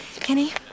Kenny